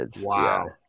Wow